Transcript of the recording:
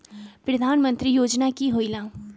प्रधान मंत्री योजना कि होईला?